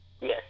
Yes